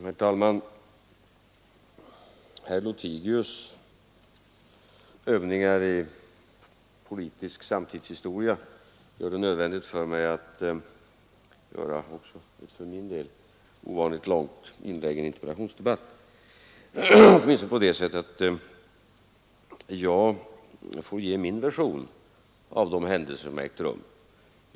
Herr talman! Herr Lothigius” övningar i politisk framtidshistoria gör det nödvändigt för mig att hålla ett också för min del ovanligt långt anförande i en interpellationsdebatt, så att jag får ge min version av de händelser som har ägt rum.